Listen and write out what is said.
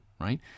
right